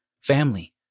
family